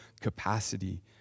capacity